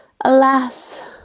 Alas